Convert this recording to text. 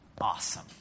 Awesome